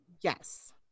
Yes